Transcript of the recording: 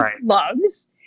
loves